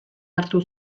hartu